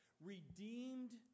redeemed